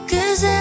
Cause